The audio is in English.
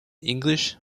english